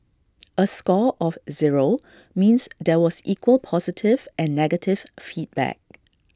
A score of zero means there was equal positive and negative feedback